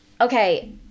Okay